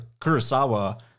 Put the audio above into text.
Kurosawa